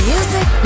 Music